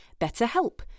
BetterHelp